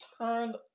turned